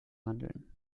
handeln